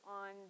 on